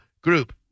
Group